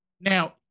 Now